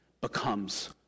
becomes